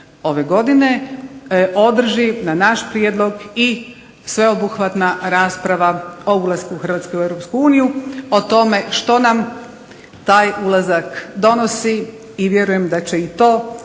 ove godine održi na naš prijedlog i sveobuhvatna rasprava o ulasku Hrvatske u Europsku uniju, o tome što nam taj ulazak donosi. I vjerujem da će i to ususret